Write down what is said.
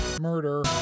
Murder